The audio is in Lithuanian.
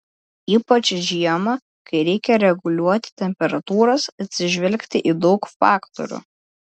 ypač žiemą kai reikia reguliuoti temperatūras atsižvelgti į daug faktorių